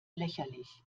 lächerlich